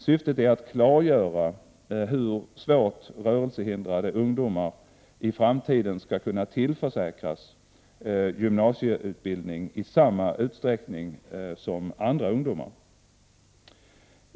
Syftet är att klargöra hur svårt rörelsehindrade ungdomar i framtiden skall kunna tillförsäkras gymnasieutbildning i samma utsträckning som andra ungdomar.